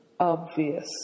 Obvious